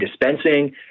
dispensing